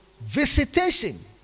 visitation